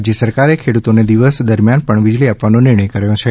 રાજ્ય સરકારે ખેડૂતોને દિવસ દરમિયાન પણ વીજળી આપવાનો નિર્ણય કર્યો છે